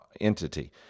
entity